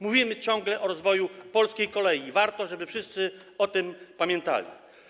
Mówimy ciągle o rozwoju polskiej kolei i warto, żeby wszyscy o tym pamiętali.